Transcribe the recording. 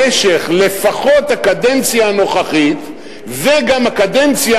למשך הקדנציה הנוכחית לפחות וגם הקדנציה